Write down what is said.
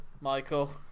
Michael